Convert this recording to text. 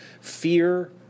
fear